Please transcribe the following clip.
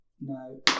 no